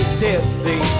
tipsy